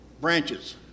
branches